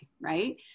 right